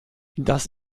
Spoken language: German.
das